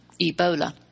Ebola